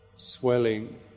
Swelling